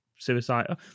Suicide